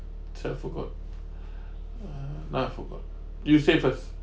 so I forgot ah forgot you say first